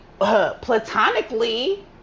Platonically